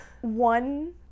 one